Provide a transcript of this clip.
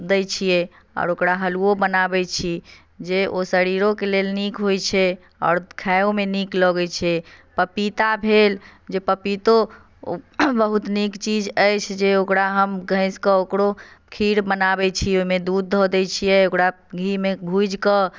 दै छियै आओर ओकरा हलुओ बनाबै छी जे ओ शरीरो के लेल नीक होइ छै आओर खाइओ मे नीक लगै छै पपीता भेल जे पपीतो ओ बहुत नीक चीज अछि जे ओकरा हम घसिके ओकरो खीर बनाबै छी ओहिमे दूध धऽ दै छियै ओकरा घी मे भूजिके